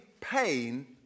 pain